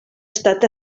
estat